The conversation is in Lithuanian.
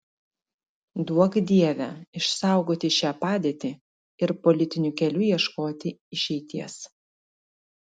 duok dieve išsaugoti šią padėtį ir politiniu keliu ieškoti išeities